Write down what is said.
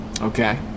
Okay